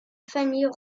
famille